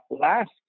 last